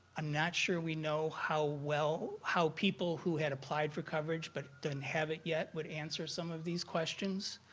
i'm not sure we know how well, how people who had applied for coverage but they don't have it yet would answer some of these questions.